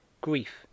grief